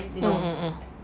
mm mm mm